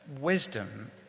Wisdom